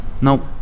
Nope